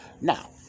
Now